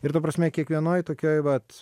ir ta prasme kiekvienoj tokioj vat